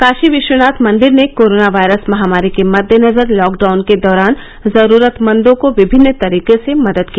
काशी विश्वनाथ मंदिर ने corona virus महामारी के मद्देनजर लॉकडाउन के दौरान जरूरतमंदों को विभिन्न तरीके से मदद की